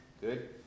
Good